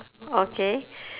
okay